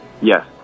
Yes